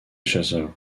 chasseurs